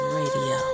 radio